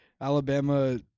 Alabama